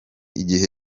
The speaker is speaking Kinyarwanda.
igihe